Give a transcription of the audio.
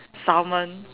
salmon